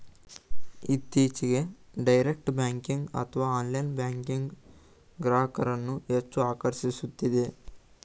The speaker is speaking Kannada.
ಇತ್ತೀಚೆಗೆ ಡೈರೆಕ್ಟ್ ಬ್ಯಾಂಕಿಂಗ್ ಅಥವಾ ಆನ್ಲೈನ್ ಬ್ಯಾಂಕಿಂಗ್ ಗ್ರಾಹಕರನ್ನು ಹೆಚ್ಚು ಆಕರ್ಷಿಸುತ್ತಿದೆ